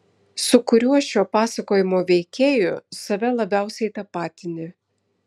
su kuriuo šio pasakojimo veikėju save labiausiai tapatini